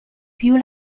più